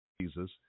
Jesus